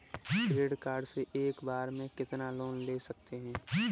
Credit card से एक बार में कितना लोन ले सकते हैं?